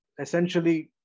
essentially